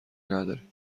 نداریم